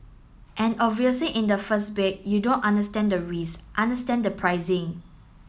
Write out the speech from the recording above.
and obviously in the first bid you don't understand the risk understand the pricing